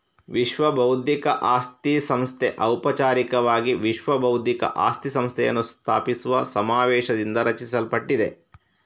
ವಿಶ್ವಬೌದ್ಧಿಕ ಆಸ್ತಿ ಸಂಸ್ಥೆ ಔಪಚಾರಿಕವಾಗಿ ವಿಶ್ವ ಬೌದ್ಧಿಕ ಆಸ್ತಿ ಸಂಸ್ಥೆಯನ್ನು ಸ್ಥಾಪಿಸುವ ಸಮಾವೇಶದಿಂದ ರಚಿಸಲ್ಪಟ್ಟಿದೆ